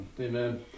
amen